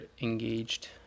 engaged